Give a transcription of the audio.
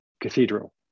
cathedral